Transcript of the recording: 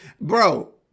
Bro